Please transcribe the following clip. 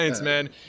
man